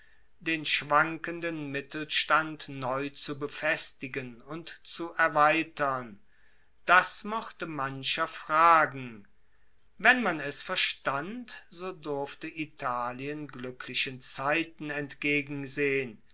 den schwankenden mittelstand neu zu befestigen und zu erweitern das mochte mancher fragen wenn man es verstand so durfte italien gluecklichen zeiten entgegensehen